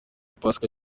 pasika